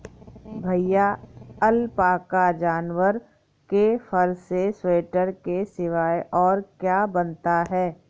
भैया अलपाका जानवर के फर से स्वेटर के सिवाय और क्या बनता है?